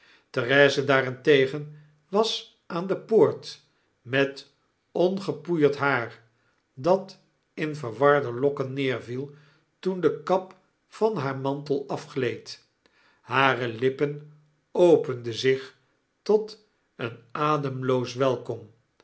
therese daarentegen was aan de poort met ongepoeierd haar dat in verwarde lokken neerviel toen de kap van haar mantel afgleed hare lippen openden zich tot een ademloos welkom